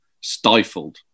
stifled